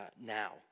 now